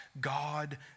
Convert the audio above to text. God